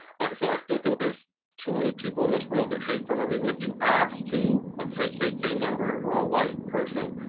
like i said, i still think there's too many people in this world that hate for no reason. if you asked to a kkk member or a white person,